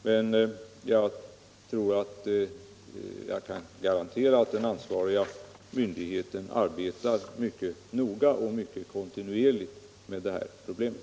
Men jag tror mig kunna garantera att den ansvariga 31 myndigheten arbetar mycket noga och mycket kontinuerligt med det här problemet.